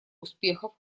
успехов